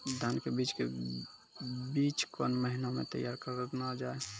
धान के बीज के बीच कौन महीना मैं तैयार करना जाए?